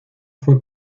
fue